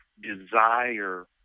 desire